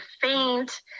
faint